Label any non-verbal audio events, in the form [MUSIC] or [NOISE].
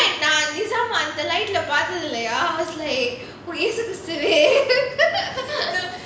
நான் அந்த:naan antha the light பார்த்ததில்லையா:paarthathillaiyaa I was like இயேசு கிறிஸ்துவே:yeasu chrishthuvae [LAUGHS]